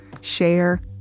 share